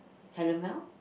caramel